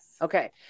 Okay